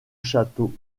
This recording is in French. château